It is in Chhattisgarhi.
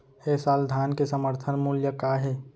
ए साल धान के समर्थन मूल्य का हे?